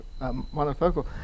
monofocal